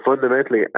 fundamentally